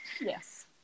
Yes